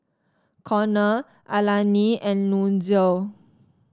Konner Alani and Nunzio